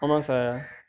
ஆமா சார்